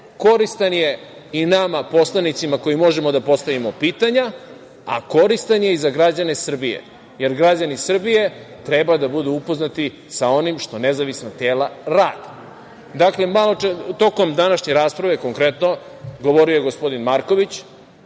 koristan je i nama poslanicima koji možemo da postavimo pitanja, a koristan je i za građane Srbije, jer građani Srbije treba da budu upoznati sa onim šta nezavisna tela rade. Tokom današnje rasprave, konkretno, govorio je gospodin Marković,